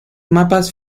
mapas